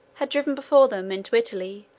had driven before them, into italy,